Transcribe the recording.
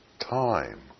time